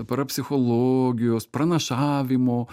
parapsichologijos pranašavimo